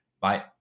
Bye